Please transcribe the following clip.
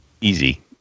Easy